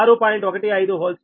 08662 6